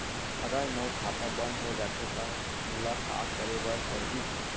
अगर मोर खाता बन्द हो जाथे त मोला का करे बार पड़हि?